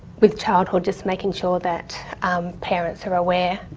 with childhood, just making sure that parents are aware,